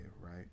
right